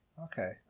okay